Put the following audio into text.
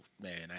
Man